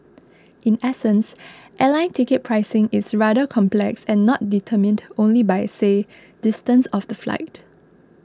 in essence airline ticket pricing is rather complex and not determined only by say distance of the flight